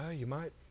ah you might